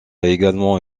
également